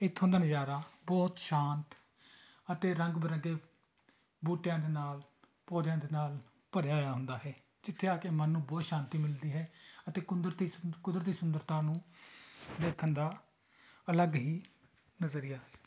ਇੱਥੋਂ ਦਾ ਨਜ਼ਾਰਾ ਬਹੁਤ ਸ਼ਾਂਤ ਅਤੇ ਰੰਗ ਬਰੰਗੇ ਬੂਟਿਆਂ ਦੇ ਨਾਲ ਪੌਂਦਿਆਂ ਦੇ ਨਾਲ ਭਰਿਆ ਹੋਇਆ ਹੁੰਦਾ ਹੈ ਜਿੱਥੇ ਆ ਕੇ ਮਨ ਨੂੰ ਬਹੁਤ ਸ਼ਾਂਤੀ ਮਿਲਦੀ ਹੈ ਅਤੇ ਕੁੰਦਰਤੀ ਕੁਦਰਤੀ ਸੁੰਦਰਤਾ ਨੂੰ ਦੇਖਣ ਦਾ ਅਲੱਗ ਹੀ ਨਜਰੀਆ ਹੈ